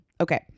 okay